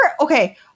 okay